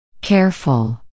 careful